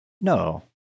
no